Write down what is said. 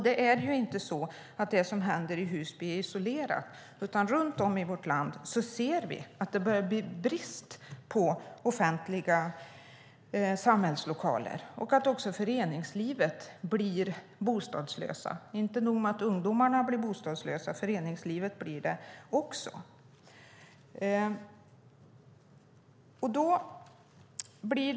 Det som sker i Husby är inte en isolerad händelse. Runt om i vårt land ser vi att det börjar bli brist på offentliga samhällslokaler. Också föreningslivet blir bostadslöst. Inte nog med att ungdomarna blir bostadslösa, föreningslivet blir också bostadslöst.